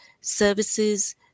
services